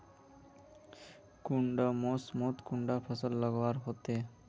कुंडा मोसमोत कुंडा फसल लगवार होते?